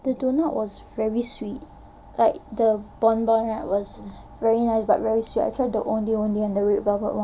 the doughnut was very sweet like the doughnut was very nice but very sweet I tried the ondeh-ondeh and the red velvet one